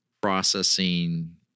processing